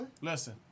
Listen